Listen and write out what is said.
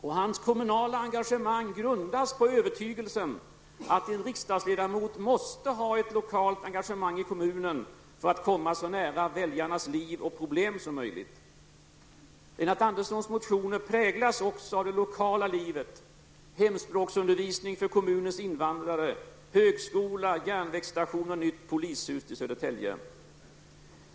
Och hans kommunala engagemang grundas på övertygelsen att en riksdagsledamot måste ha ett lokalt engagemang i kommunen för att komma så nära väljarnas liv och problem som möjligt. Lennart Anderssons motioner präglas också av det lokala livet: hemspråksundervisning för kommunens invandrare, högskola, järnvägsstation och nytt polishus till Södertälje.